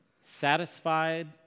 Satisfied